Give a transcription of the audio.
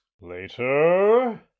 Later